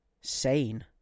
sane